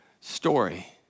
story